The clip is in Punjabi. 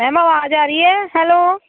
ਮੈਮ ਆਵਾਜ਼ ਆ ਰਹੀ ਹੈ ਹੈਲੋ